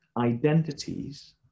identities